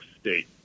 state